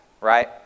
right